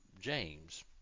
James